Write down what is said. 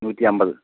നൂറ്റി അമ്പത്